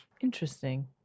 Interesting